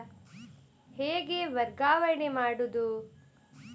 ಹೇಗೆ ವರ್ಗಾವಣೆ ಮಾಡುದು?